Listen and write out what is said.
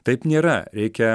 taip nėra reikia